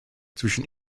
zwischen